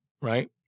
Right